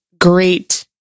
great